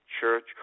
church